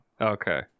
Okay